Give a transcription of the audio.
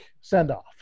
send-off